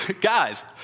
Guys